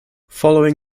following